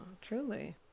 truly